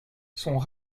sont